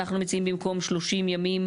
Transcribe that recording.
- אנחנו מציעים במקום 30 ימים